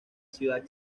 ciudad